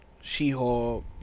She-Hulk